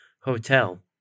Hotel